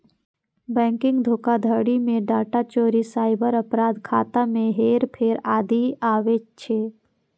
banking धोखाधड़ी मे data चोरी, साइबर अपराध, खाता मे हेरफेर आदि आबै छै